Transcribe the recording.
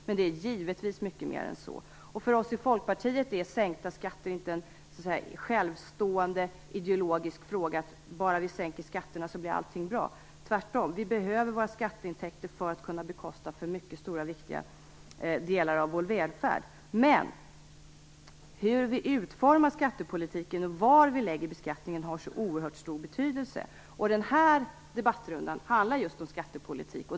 Det är givetvis mer än så. För oss i Folkpartiet är sänkta skatter inte en självstående ideologisk fråga: Bara vi sänker skatterna blir allting bra. Tvärtom. Vi behöver våra skatteintäkter för att kunna bekosta viktiga delar av vår välfärd. Hur vi utformar skattepolitiken och var vi lägger beskattningen har emellertid oerhört stor betydelse. Den här debattrundan handlar just om skattepolitik.